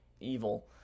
evil